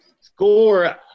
score